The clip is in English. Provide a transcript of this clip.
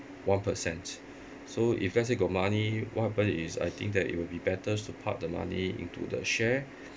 one percent so if let's say got money what happen is I think that it would be better to park the money into the share